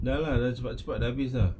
dah lah dah cepat-cepat dah habis ah